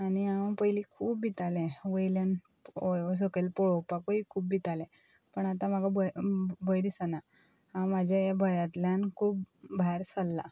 आनी हांव पयली खूब भिताले वयल्यान सकयल पळोवपाकूय खूब भितालें पूण आतां म्हाका भंय दिसना हांव म्हाज्या भयातल्यान खूब भायर सरलां